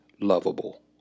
lovable